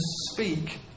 speak